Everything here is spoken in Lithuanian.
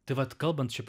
tai vat kalbant šiaip